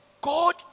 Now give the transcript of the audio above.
God